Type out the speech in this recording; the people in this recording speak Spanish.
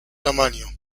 tamaño